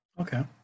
Okay